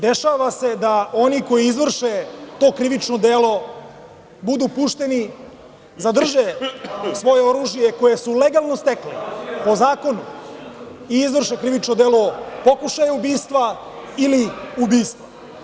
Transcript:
Dešava se da oni koji izvrše to krivično delo budu pušteni, zadrže svoje oružje koje su legalno stekli po zakonu, i izvrše krivično delo, pokušaj ubistva, ili ubistva.